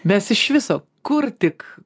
mes iš viso kur tik